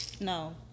No